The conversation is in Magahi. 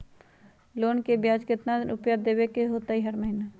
लोन के ब्याज कितना रुपैया देबे के होतइ हर महिना?